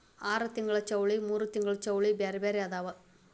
ಆರತಿಂಗ್ಳ ಚೌಳಿ ಮೂರತಿಂಗ್ಳ ಚೌಳಿ ಬ್ಯಾರೆ ಬ್ಯಾರೆ ಅದಾವ